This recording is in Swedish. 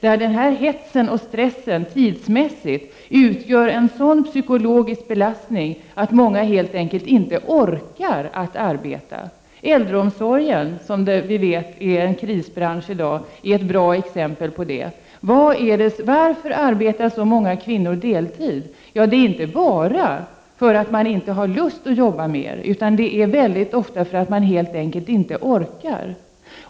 Inom dessa områden utgör denna tidsmässiga hets och stress en sådan psykologisk belastning att många helt enkelt inte orkar arbeta. Äldreomsorgen, som vi vet är en krisbransch i dag, är ett bra exempel på detta. Varför arbetar så många kvinnor deltid? Ja, inte bara därför att de inte har lust att arbeta mer, utan mycket ofta därför att de helt enkelt inte orkar.